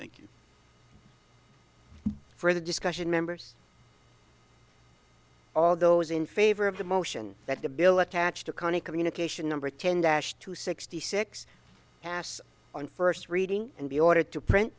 you for the discussion members all those in favor of the motion that the bill attach to conny communication number ten dash two sixty six pass on first reading and be ordered to print